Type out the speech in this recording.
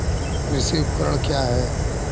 कृषि उपकरण क्या है?